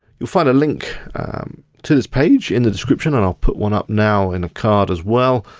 you'll find a link to this page in the description and i'll put one up now in a card as well.